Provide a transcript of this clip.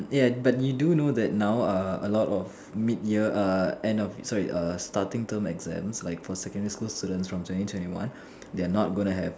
ya but you do know that now err a lot of mid year err end of sorry err starting term exams like for secondary school students from twenty twenty one they are not gonna have